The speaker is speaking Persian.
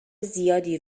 زیادی